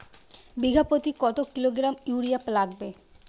বিঘাপ্রতি কত kilogram urea লাগবে?